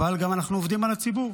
אבל אנחנו גם עובדים על הציבור,